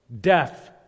death